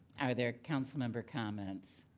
are there council member comments?